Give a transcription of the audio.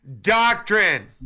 doctrine